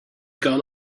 gun